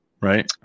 right